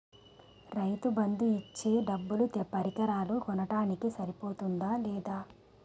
రైతు బందు ఇచ్చే డబ్బులు పరికరాలు కొనడానికి సరిపోతుందా లేదా?